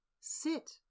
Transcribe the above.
sit